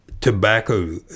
tobacco